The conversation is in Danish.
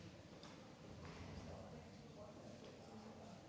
Tak